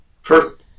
First